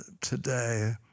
today